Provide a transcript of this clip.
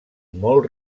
molt